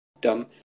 dumb